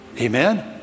Amen